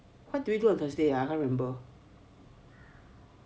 what did we do on thursday ah I can't remember